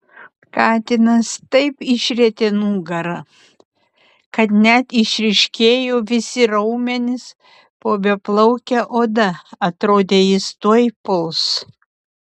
katinas taip išrietė nugarą kad net išryškėjo visi raumenys po beplauke oda atrodė jis tuoj puls